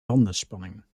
bandenspanning